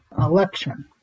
election